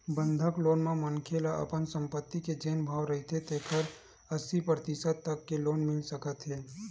बंधक लोन म मनखे ल अपन संपत्ति के जेन भाव रहिथे तेखर अस्सी परतिसत तक के लोन मिल सकत हे